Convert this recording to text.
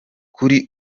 kuri